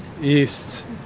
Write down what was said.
east